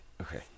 okay